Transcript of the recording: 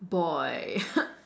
boy